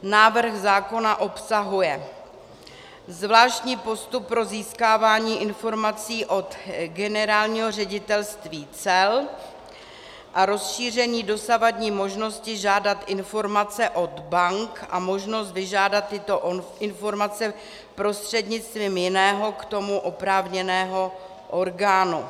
Návrh zákona obsahuje zvláštní postup pro získávání informací od Generálního ředitelství cel a rozšíření dosavadní možnosti žádat informace od bank a možnost vyžádat tyto informace prostřednictvím jiného k tomu oprávněného orgánu.